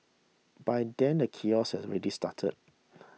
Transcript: by then the chaos had already started